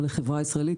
אבל היא חברה ישראלית,